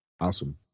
Awesome